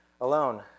alone